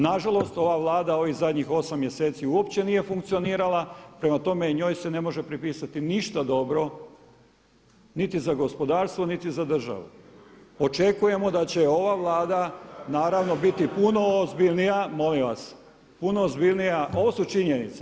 Na žalost, ova Vlada ovih zadnjih osam mjeseci uopće nije funkcionirala, prema tome njoj se ne može pripisati ništa dobro niti za gospodarstvo, niti za državu. … [[Upadica sa strane, ne razumije se.]] Očekujemo da će ova Vlada naravno biti puno ozbiljnija, molim vas, puno ozbiljnija, ovo su činjenice.